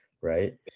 right